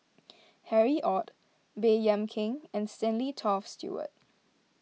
Harry Ord Baey Yam Keng and Stanley Toft Stewart